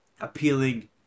appealing